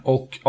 Och